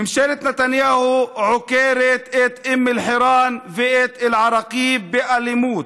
ממשלת נתניהו עוקרת את אום אלחיראן ואת אל-עראקיב באלימות.